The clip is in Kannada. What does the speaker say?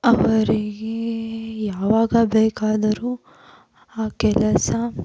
ಅವರಿಗೆ ಯಾವಾಗ ಬೇಕಾದರೂ ಆ ಕೆಲಸ